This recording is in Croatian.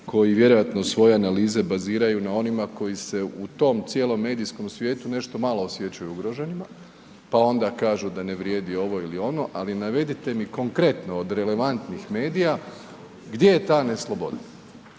koji vjerojatno svoje analize baziraju na onima koji se u tom cijelom medijskom svijetu nešto malo osjećaju ugroženima, pa onda kažu da ne vrijedi ovo ili ono, ali navedite mi konkretno od relevantnih medija gdje je ta nesloboda